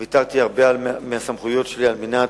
ויתרתי על הרבה מהסמכויות שלי על מנת